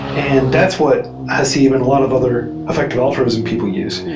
and that's what haseeb and a lot of other effective altruism people use.